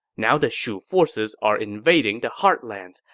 now the shu forces are invading the heartlands.